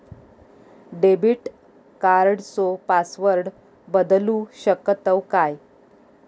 Debit कार्डचो password बदलु शकतव काय?